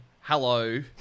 hello